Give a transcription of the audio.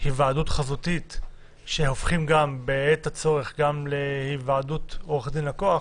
היוועדות חזותית שהופכים בעת הצורך גם להיוועדות עורך דין לקוח,